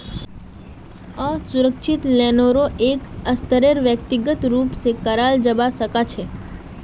असुरक्षित लोनेरो एक स्तरेर व्यक्तिगत रूप स कराल जबा सखा छ